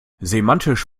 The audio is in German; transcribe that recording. semantisch